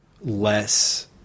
less